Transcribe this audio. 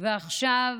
ועכשיו